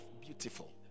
beautiful